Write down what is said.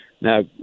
Now